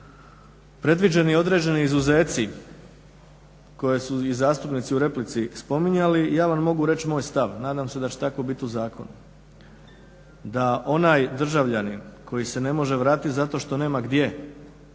predviđeni određeni izuzeci koje su i zastupnici u replici spominjali i ja vam mogu reći moj stav, nadam se da će tako biti u zakonu. Da onaj državljanin koji se ne može vratiti zato što nema gdje